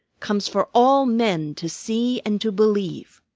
comes for all men to see and to believe.